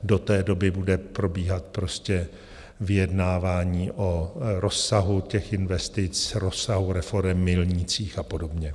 Do té doby bude probíhat vyjednávání o rozsahu těch investic, rozsahu reforem, milnících a podobně.